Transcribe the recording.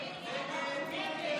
(קורא בשמות חברי הכנסת)